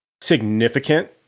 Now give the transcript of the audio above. significant